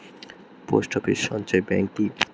Post office সঞ্চয় bank কি?